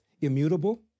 immutable